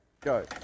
go